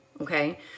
okay